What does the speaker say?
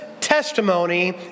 testimony